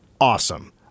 awesome